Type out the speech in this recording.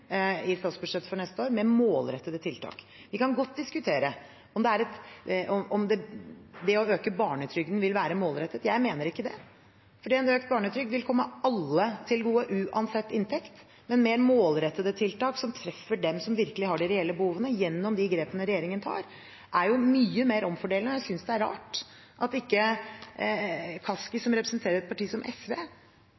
i statsbudsjettet for neste år, med målrettede tiltak. Vi kan godt diskutere om det å øke barnetrygden vil være målrettet. Jeg mener ikke det, for økt barnetrygd vil komme alle til gode uansett inntekt. Men mer målrettede tiltak som treffer dem som virkelig har de reelle behovene, gjennom de grepene regjeringen tar, er mye mer omfordelende, og jeg synes det er rart at ikke Kaski,